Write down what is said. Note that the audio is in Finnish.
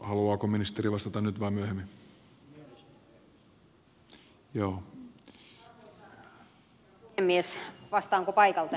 haluaako ministeri vastata nyt vai myöhemmin